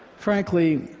frankly,